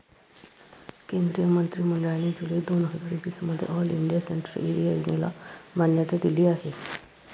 केंद्रीय मंत्रि मंडळाने जुलै दोन हजार वीस मध्ये ऑल इंडिया सेंट्रल एरिया योजनेला मान्यता दिली आहे